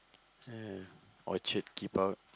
uh orchard keep out